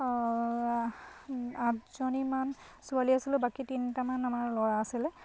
আঠজনীমান ছোৱালী আছিলোঁ বাকী তিনিটামান আমাৰ ল'ৰা আছিলে